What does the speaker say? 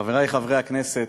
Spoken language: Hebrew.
חברי חברי הכנסת,